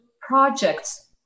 projects